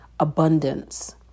Abundance